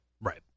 right